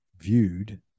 viewed